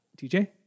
TJ